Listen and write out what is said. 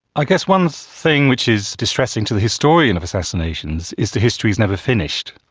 i guess one thing which is distressing to the historian of assassinations is the history is never finished.